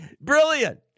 Brilliant